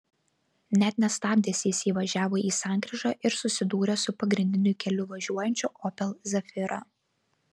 net nestabdęs jis įvažiavo į sankryžą ir susidūrė su pagrindiniu keliu važiuojančiu opel zafira